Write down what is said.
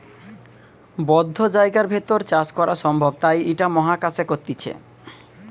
বদ্ধ জায়গার ভেতর চাষ করা সম্ভব তাই ইটা মহাকাশে করতিছে